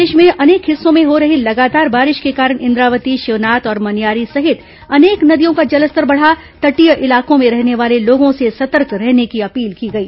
प्रदेश में अनेक हिस्सों में हो रही लगातार बारिश के कारण इंद्रावती शिवनाथ और मनियारी सहित अनेक नदियों का जलस्तर बढ़ा तटीय इलाकों में रहने वाले लोगों से सतर्क रहने की अपील की गई